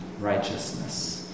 Righteousness